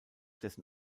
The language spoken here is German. dessen